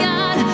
God